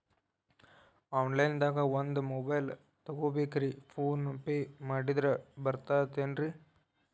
Online ದಾಗ ಒಂದ್ mobile ತಗೋಬೇಕ್ರಿ ಫೋನ್ ಪೇ ಮಾಡಿದ್ರ ಬರ್ತಾದೇನ್ರಿ?